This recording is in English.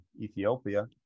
Ethiopia